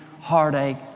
heartache